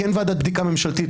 כן ועדת בדיקה ממשלתית,